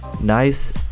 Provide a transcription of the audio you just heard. Nice